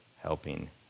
helping